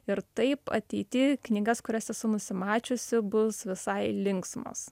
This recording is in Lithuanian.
ir taip ateity knygas kurias esu nusimačiusi bus visai linksmos